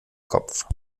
kopf